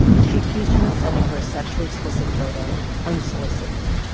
she accused him of sending her a sexually explicit photo unsolicited.